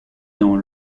dans